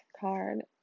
card